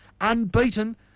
unbeaten